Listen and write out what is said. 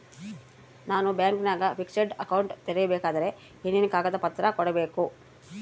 ನಾನು ಬ್ಯಾಂಕಿನಾಗ fixed account ತೆರಿಬೇಕಾದರೆ ಏನೇನು ಕಾಗದ ಪತ್ರ ಕೊಡ್ಬೇಕು?